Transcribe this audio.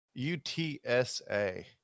utsa